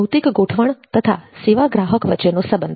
ભૌતિક ગોઠવણ તથા સેવા ગ્રાહક વચ્ચેનો સંબંધ